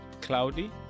cloudy